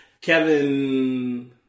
Kevin